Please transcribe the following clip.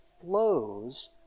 flows